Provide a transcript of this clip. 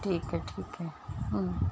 ठीक आहे ठीक आहे हं